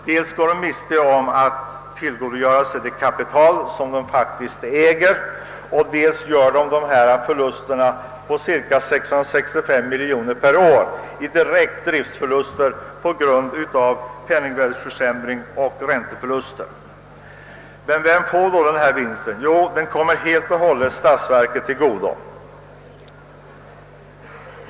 Dels går de miste om att tillgodogöra sig det kapital som de faktiskt äger, dels gör de dessa förluster på cirka 665 miljoner per år i direkta driftförluster på grund av penningvärdeförsämringen och i ränteförluster. Vem får då denna vinst? Jo, den kommer helt och hållet statsverket till godo.